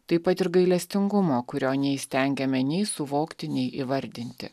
taip pat ir gailestingumo kurio neįstengiame nei suvokti nei įvardinti